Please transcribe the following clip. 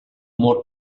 amor